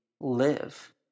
live